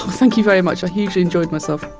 thank you very much. i hugely enjoyed myself